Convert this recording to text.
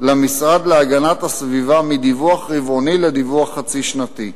למשרד להגנת הסביבה מדיווח רבעוני לדיווח חצי-שנתי.